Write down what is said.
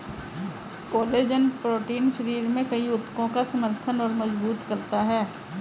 collagen protein शरीर में कई ऊतकों का समर्थन और मजबूत करता है